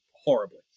Horribly